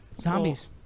zombies